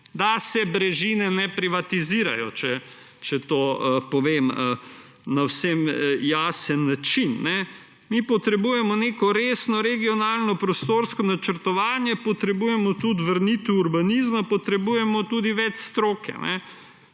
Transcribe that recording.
da se brežine ne privatizirajo, če to povem na vsem jasen način. Mi potrebujemo neko resno regionalno prostorsko načrtovanje, potrebujemo tudi vrnitev urbanizma, potrebujemo tudi več stroke.